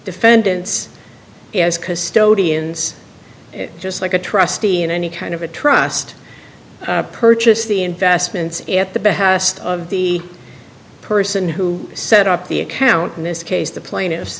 defendants as custodians just like a trustee in any kind of a trust purchased the investments at the behest of the person who set up the account in this case the